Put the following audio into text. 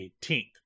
18th